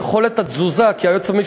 מעסיקים וגם,